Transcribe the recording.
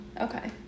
Okay